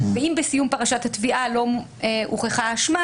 ואם בסיום פרשת התביעה לא הוכחה אשמה